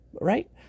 right